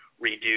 reduce